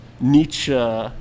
Nietzsche